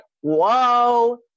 Whoa